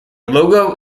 logo